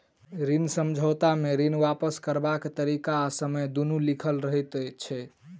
ऋण समझौता मे ऋण वापस करबाक तरीका आ समय दुनू लिखल रहैत छै